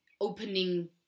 opening